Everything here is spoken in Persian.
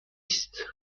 است